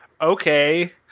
okay